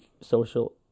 social